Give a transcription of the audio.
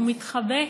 הוא מתחבא.